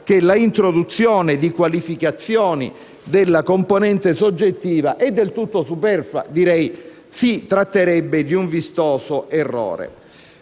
che l'introduzione di qualificazioni della componente soggettiva è del tutto superflua, direi che si tratterebbe di un vistoso errore.